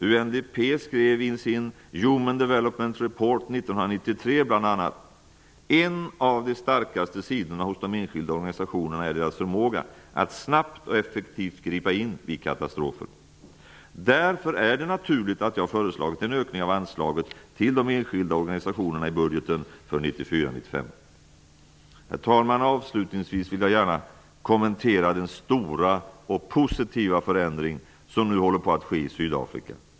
UNDP skrev i sin Human Development Report 1993 bl.a. att en av de starkaste sidorna hos de enskilda organisationerna är deras förmåga att snabbt och effektivt gripa in vid katastrofer. Därför är det naturligt att jag har föreslagit en ökning av anslaget till de enskilda organisationerna i budgeten för 1994-1995. Herr talman! Avslutningsvis vill jag kommentera den stora och positiva förändring som nu håller på att ske i Sydafrika.